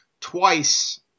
twice